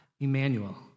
Emmanuel